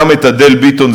גם את אדל ביטון,